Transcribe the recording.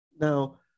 Now